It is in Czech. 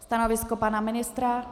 Stanovisko pana ministra?